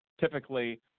typically